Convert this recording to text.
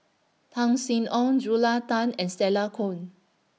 Tan Sin Aun Julia Tan and Stella Kon